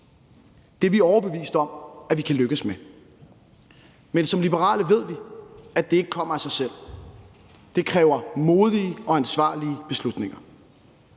Det er vi overbevist om vi kan lykkes med. Men som liberale ved vi, at det ikke kommer af sig selv. Det kræver modige og ansvarlige beslutninger.